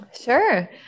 Sure